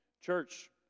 Church